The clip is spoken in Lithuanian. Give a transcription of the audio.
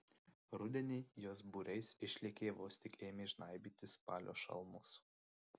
rudenį jos būriais išlėkė vos tik ėmė žnaibytis spalio šalnos